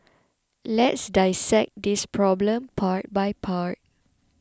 let's dissect this problem part by part